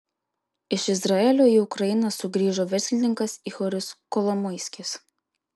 iš izraelio į ukrainą sugrįžo verslininkas ihoris kolomoiskis